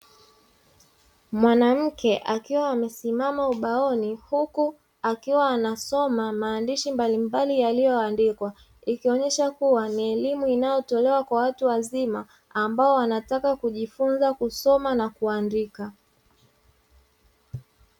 Mwanamke akiwa amesimama ubaoni, huku akiwa anasoma maandishi mbalimbali yaliyoandikwa, ikionyesha kuwa ni elimu inayotolewa kwa watu wazima ambao wanataka kujifunza kusoma na kuandika.